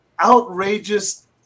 outrageous